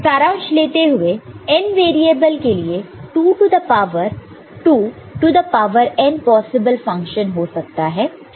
सारांश लेते हुए n वेरिएबल के लिए 2 to the power 2 to the power n possible function हो सकते हैं